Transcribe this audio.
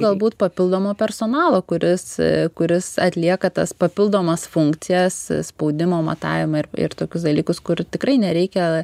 galbūt papildomo personalo kuris kuris atlieka tas papildomas funkcijas spaudimo matavimą ir ir tokius dalykus kur tikrai nereikia